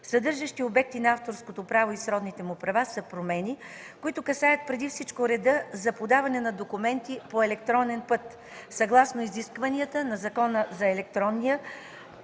съдържащи обекти на авторското право и сродните му права са промени, които касаят преди всичко реда за подаване на документи по електронен път, съгласно изискванията на Закона за електронния